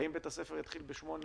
האם בית הספר יתחיל ב-08:00,